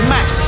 Max